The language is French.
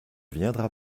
viendra